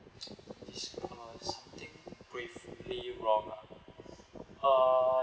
it's uh gravely wrong lah uh